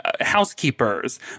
housekeepers